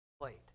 plate